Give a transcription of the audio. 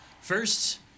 First